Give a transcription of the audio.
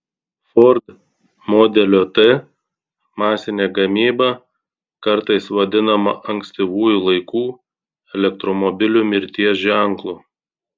ford modelio t masinė gamyba kartais vadinama ankstyvųjų laikų elektromobilių mirties ženklu